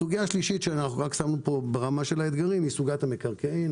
סוגיה שלישית היא סוגיית המקרקעין.